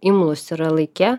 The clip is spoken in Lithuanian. imlūs yra laike